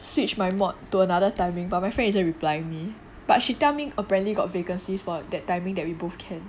switch my module to another timing but my friend isn't replying me but she tell me apparently got vacancies for that timing that we both can